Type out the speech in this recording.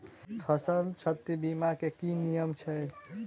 फसल क्षति बीमा केँ की नियम छै?